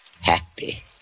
Happy